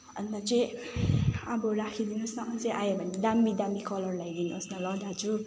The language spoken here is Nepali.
अन्त त चाहिँ अब राखिदिनुहोस् न अझै आयो भने दामी दामी कलर ल्याइदिनुहोस् न ल दाजु